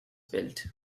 built